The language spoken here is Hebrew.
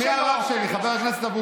מי הרב שלי, חבר הכנסת אבוטבול?